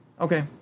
Okay